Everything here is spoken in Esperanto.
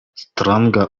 stranga